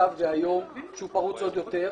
מהמצב דהיום שהוא פרוץ עוד יותר,